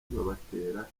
babatera